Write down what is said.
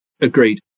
Agreed